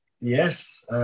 Yes